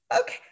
okay